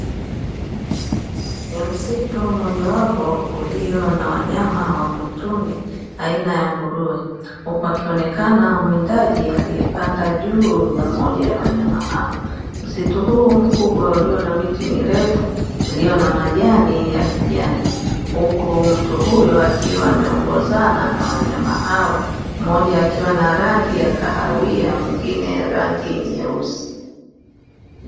Ni msitu mmojawapo ulio na wanyama wa mwituni aina ya nguruwe, huku akionekana mwindaji aliyepanda juu ya mmoja wa wanyama hao. Msitu huu mkubwa una miti mirefu iliyo na majani ya kijani. Huku mtu huyo akiwa ameongozana na wanyama hao, mmoja akiwa na rangi ya kahawia na mwingine nyeusi.